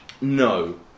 no